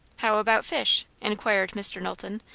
how about fish? inquired mr. knowlton,